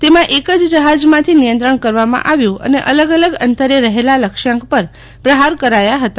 તેમાં એક જ જહાજમાંથી નિયંત્રણ કરવામાં આવ્યું અને અલગ અલગ અંતરે રહેલા લક્ષ્યાંક પર પ્રહાર કરાયા હતા